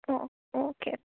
ಹ್ಞೂ ಓಕೆ